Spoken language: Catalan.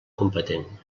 competent